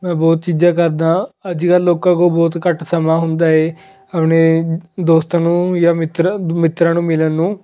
ਮੈਂ ਬਹੁਤ ਚੀਜ਼ਾਂ ਕਰਦਾ ਹਾਂ ਅੱਜ ਕੱਲ੍ਹ ਲੋਕਾਂ ਕੋਲ ਬਹੁਤ ਘੱਟ ਸਮਾਂ ਹੁੰਦਾ ਹੈ ਆਪਣੇ ਦੋਸਤਾਂ ਨੂੰ ਜਾਂ ਮਿੱਤਰਾਂ ਮਿੱਤਰਾਂ ਨੂੰ ਮਿਲਣ ਨੂੰ